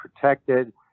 protected